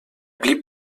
blieb